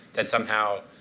that somehow,